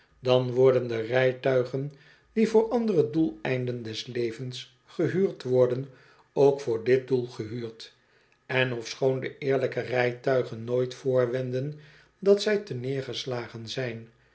dan worden de rijtuigen die voor andere doeleinden des levens gehuurd worden ook voor dit doel gehuurd en ofschoon de eerlijke rijtuigen nooit voorwenden dat zij terneergeslagen zijn